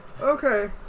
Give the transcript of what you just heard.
Okay